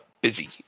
busy